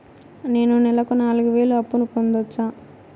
నేను నెలకు నాలుగు వేలు అప్పును పొందొచ్చా?